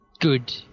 good